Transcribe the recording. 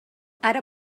ara